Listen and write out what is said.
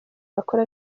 bakora